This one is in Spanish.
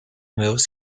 nuevos